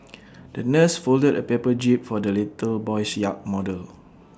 the nurse folded A paper jib for the little boy's yacht model